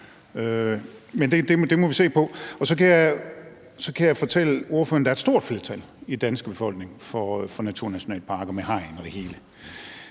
det må vi se på. Så kan jeg fortælle ordføreren, at der er et stort flertal i den danske befolkning for naturnationalparker med hegn og det hele.